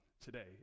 today